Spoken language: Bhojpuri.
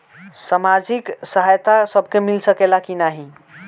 सामाजिक सहायता सबके मिल सकेला की नाहीं?